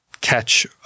catch